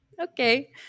okay